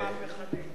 רפורמה מהפכנית.